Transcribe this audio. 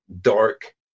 dark